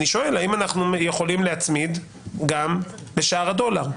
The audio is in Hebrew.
אני שואל: האם אנחנו יכולים להצמיד גם לשער הדולר?